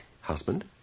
Husband